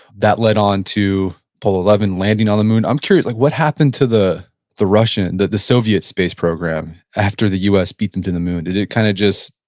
that led on to apollo eleven landing on the moon. i'm curious, like what happened to the the russian, the soviet space program after the u s. beat them to the moon? did it kind of just,